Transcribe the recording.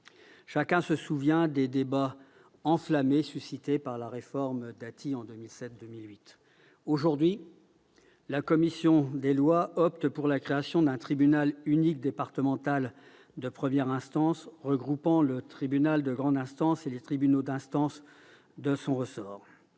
Chacun se souvient des débats enflammés suscités par la réforme Dati en 2007-2008. Aujourd'hui, la commission des lois opte pour la création d'un tribunal départemental unique de première instance, regroupant le tribunal de grande instance et les tribunaux d'instance de son ressort.